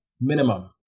Minimum